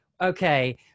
okay